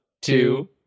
two